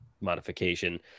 modification